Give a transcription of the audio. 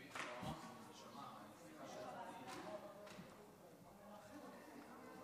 אדוני היושב-ראש, אדוני השר, חבריי חברי הכנסת,